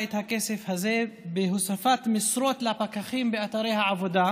את הכסף הזה בהוספת משרות לפקחים באתרי העבודה,